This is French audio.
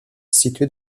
situés